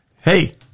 Hey